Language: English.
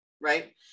right